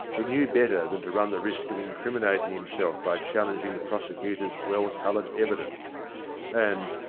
he knew better than to run the risk of incriminating himself by chal lenging the prosecutor's well-coloured evidence and,